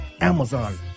Amazon